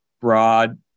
broad